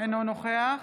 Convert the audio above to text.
אינו נוכח